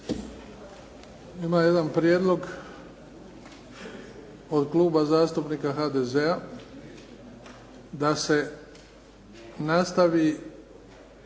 Ima jedan prijedlog od Kluba zastupnika HDZ-a da se nastavi,